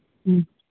ꯎꯝ